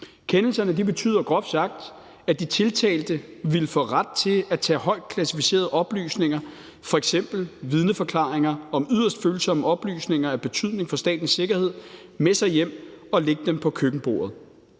Kendelserne betyder groft sagt, at de tiltalte ville få ret til at tage højt klassificerede oplysninger, f.eks. vidneforklaringer om yderst følsomme oplysninger af betydning for statens sikkerhed, med sig hjem og lægge dem på køkkenbordet,